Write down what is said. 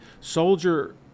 soldier